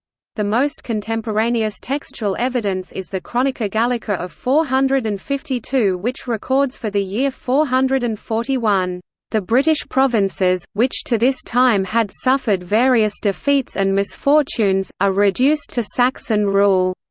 the most contemporaneous textual evidence is the chronica gallica of four hundred and fifty two which records for the year four hundred and forty one the british provinces, which to this time had suffered various defeats and misfortunes, are reduced to saxon rule.